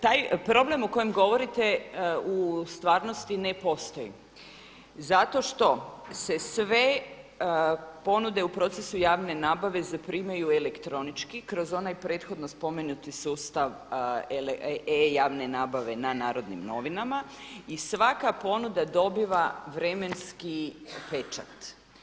Taj problem o kojem govorite u stvarnosti ne postoji zato što se sve ponude u procesu javne nabave zaprimaju elektronički kroz onaj prethodno spomenuti sustav e-javne nabave na Narodnim novinama i svaka ponuda dobiva vremenski pečat.